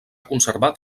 conservat